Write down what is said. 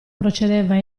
procedeva